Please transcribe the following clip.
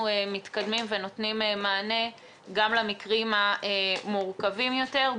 מתקדמים ונותנים מענה גם למקרים המורכבים יותר,